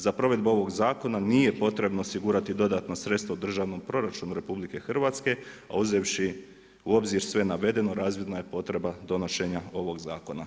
Za provedbu ovog zakona nije potrebno osigurati dodatna sredstva u državnom proračunu RH, a uzevši u obzir sve navedeno razvidna je potreba donošenja ovog zakona.